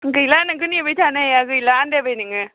गैला नोंखौ नेबाय थानो हाया गैला आन्दायबाय नोङो